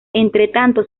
entretanto